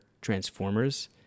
Transformers